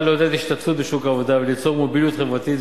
לעודד השתתפות בשוק העבודה וליצור מוביליות חברתית,